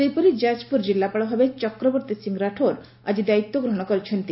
ସେହିପରି ଯାଜପୁର ଜିଲ୍ଲାପାଳ ଭାବେ ଚକ୍ରବର୍ତ୍ତୀ ସିଂହ ରାଠୋର ଆଜି ଦାୟିତ୍ ଗ୍ରହଶ କରିଛନ୍ତି